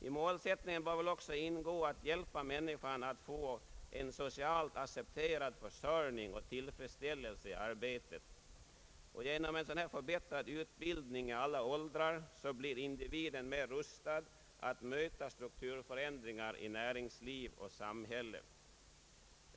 I målsättningen bör väl också ingå att hjälpa människorna att få en socialt accepterad försörjning och tillfredsställelse i arbetet. Genom en sådan förbättrad utbildning i alla åldrar blir individen mer rustad att möta struktur Statsverkspropositionen m.m. förändringar i näringsliv och samhälle.